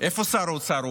איפה שר האוצר?